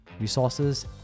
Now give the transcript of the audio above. resources